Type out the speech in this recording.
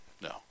No